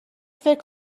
فکر